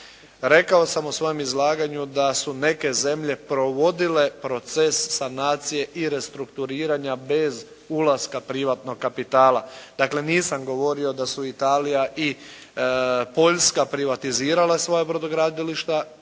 Rekao sam u svojem izlaganju da su neke zemlje provodile proces sanacije i restrukturiranja bez ulaska privatnog kapitala. Dakle, nisam govorio da su Italija i Poljska privatizirala svoja brodogradilišta